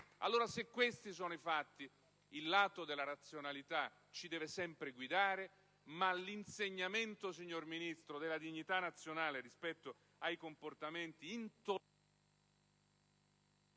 Allora, se questi sono i fatti, il lato della razionalità ci deve sempre guidare, ma l'insegnamento, signor Ministro, della dignità nazionale rispetto ai comportamenti